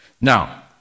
Now